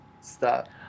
Stop